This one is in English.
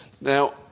Now